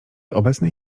obecnej